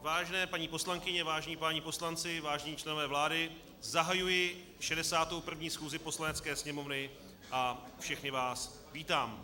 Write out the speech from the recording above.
Vážené paní poslankyně, vážení páni poslanci, vážení členové vlády, zahajuji 61. schůzi Poslanecké sněmovny a všechny vás vítám.